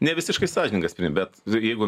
ne visiškai sąžiningas bet jeigu